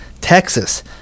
texas